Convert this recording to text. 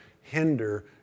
hinder